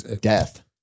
Death